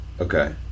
Okay